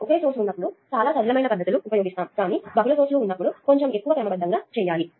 ఒక సోర్స్ ఉన్నప్పుడు చాలా సరళమైన పద్ధతులు ఉపయోగిస్తాము కానీ బహుళ సోర్స్లు ఉన్నప్పుడు కొంచెం ఎక్కువ క్రమబద్ధంగా చేయాలి